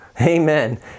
Amen